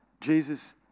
Jesus